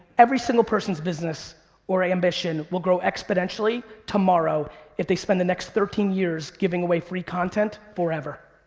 every single person's business or ambition will grow exponentially tomorrow if they spend the next thirteen years giving away free content forever.